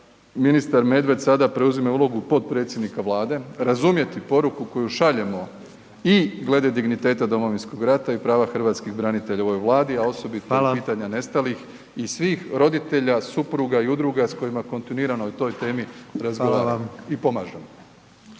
ministar Medved sada preuzima ulogu potpredsjednika Vlade razumjeti poruku koju šaljemo i glede digniteta Domovinskog rata i prava hrvatskih branitelja u ovoj Vladi, a osobito pitanja nestalih i svih roditelja, supruga i udruga s kojima kontinuirano o toj temi razgovaramo i pomažemo.